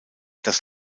das